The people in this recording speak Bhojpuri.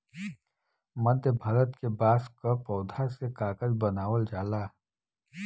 मध्य भारत के बांस क पौधा से कागज बनावल जाला